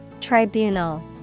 Tribunal